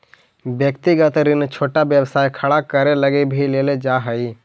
व्यक्तिगत ऋण छोटा व्यवसाय खड़ा करे लगी भी लेल जा हई